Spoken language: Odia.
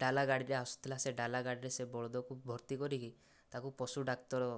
ଡାଲା ଗାଡ଼ିଟାଏ ଆସୁଥିଲା ସେ ଡାଲା ଗାଡ଼ିରେ ସେ ବଳଦକୁ ଭର୍ତ୍ତି କରିକି ତାକୁ ପଶୁ ଡାକ୍ତର